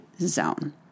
zone